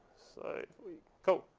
so cool.